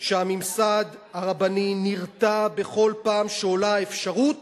שהממסד הרבני נרתע בכל פעם שעולה אפשרות